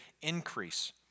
increase